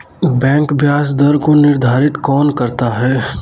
Bank ब्याज दर को निर्धारित कौन करता है?